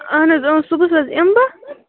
اہن حظ اۭں صُبحس حظ یِمہٕ بہٕ